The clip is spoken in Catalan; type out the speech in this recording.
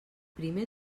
primer